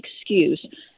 excuse